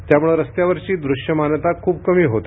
त्यामुळे रस्त्यावरची दृश्यमानता खूप कमी होते